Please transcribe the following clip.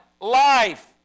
Life